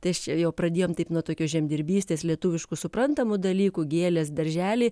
tai aš čia jau pradėjom taip nuo tokios žemdirbystės lietuviškų suprantamų dalykų gėlės daržely